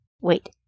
Wait